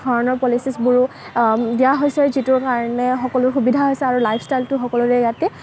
ধৰণৰ পলিচিচবোৰো দিয়া হৈছে যিটোৰ কাৰণে সকলো সুবিধা হৈছে আৰু লাইফষ্টাইলটো সকলোৰে ইয়াতে